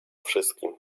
wszystkim